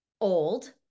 old